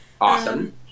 Awesome